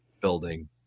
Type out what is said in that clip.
building